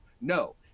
No